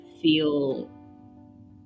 feel